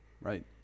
Right